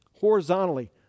horizontally